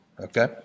Okay